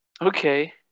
Okay